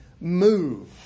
move